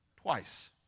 twice